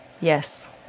Yes